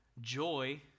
joy